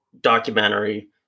documentary